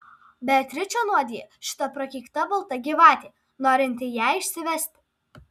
beatričę nuodija šita prakeikta balta gyvatė norinti ją išsivesti